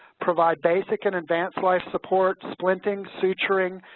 provide basic and advanced life support, splinting, suturing,